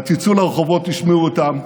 ותצאו לרחובות, תשמעו אותם,